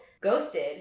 ghosted